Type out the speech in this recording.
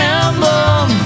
emblem